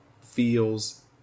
feels